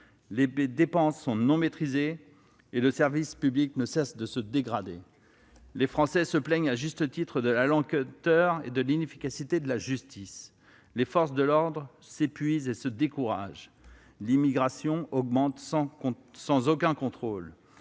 Les dépenses ne sont pas maîtrisées et le service public ne cesse de se dégrader. Les Français se plaignent à juste titre de la lenteur et de l'inefficacité de la justice, les forces de l'ordre s'épuisent et se découragent, l'immigration augmente sans aucun contrôle.